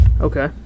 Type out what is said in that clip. Okay